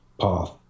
path